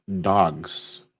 Dogs